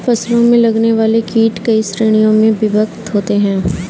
फसलों में लगने वाले कीट कई श्रेणियों में विभक्त होते हैं